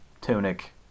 Tunic